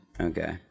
Okay